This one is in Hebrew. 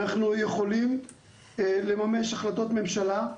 אנחנו יכולים לממש החלטות ממשלה.